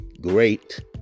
great